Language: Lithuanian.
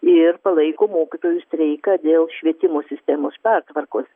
ir palaiko mokytojų streiką dėl švietimo sistemos pertvarkos